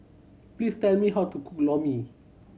please tell me how to cook Lor Mee